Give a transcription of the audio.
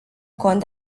cont